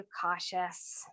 cautious